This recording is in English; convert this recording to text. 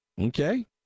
okay